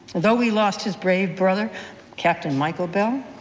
though we lost his brave brother captain michael bell,